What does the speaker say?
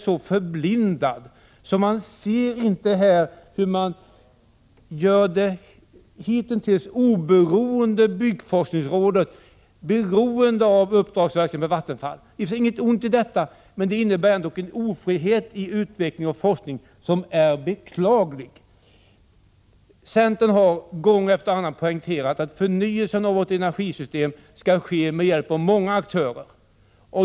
så förblindad att man inte ser hur man gör det hitintills oberoende byggforskningsrådet beroende av uppdragsverksamhet för Vattenfall. Det är i och för sig inget ont i detta, men det innebär ändå en ofrihet i utveckling och forskning som är beklaglig. Centern har gång efter annan poängterat att förnyelsen av vårt energisystem skall ske med hjälp av många aktörer.